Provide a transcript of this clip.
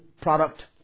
product